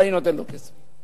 ואני נותן לו כסף.